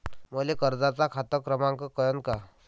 मले कर्जाचा खात क्रमांक कळन का?